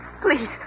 Please